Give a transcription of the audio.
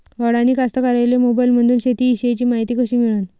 अडानी कास्तकाराइले मोबाईलमंदून शेती इषयीची मायती कशी मिळन?